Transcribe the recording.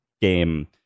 game